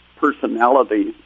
personality